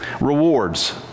Rewards